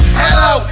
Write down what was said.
hello